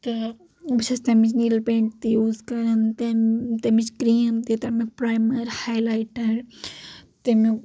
تہٕ بہٕ چھس تمِچ نیل پینٹ تہِ یوٗز کران تیم تمِچ کریٖم تہِ تمیُک پرایمَر ہایلایٹر تمیُک